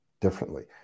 differently